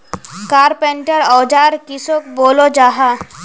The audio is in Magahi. कारपेंटर औजार किसोक बोलो जाहा?